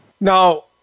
Now